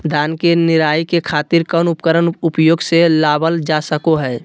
धान के निराई के खातिर कौन उपकरण उपयोग मे लावल जा सको हय?